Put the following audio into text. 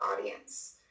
audience